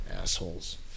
assholes